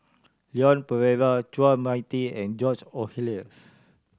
Leon Perera Chua Mia Tee and George Oehlers